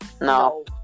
No